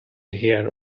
hear